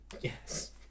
Yes